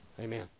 Amen